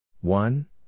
one